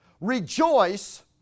Rejoice